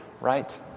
right